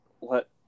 let